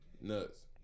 Nuts